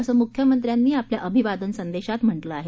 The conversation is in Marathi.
असं मुख्यमंत्र्यानी आपल्या अभिवादन संदेशात म्हटलं आहे